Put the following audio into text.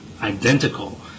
identical